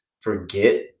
forget